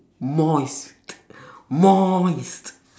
moist moist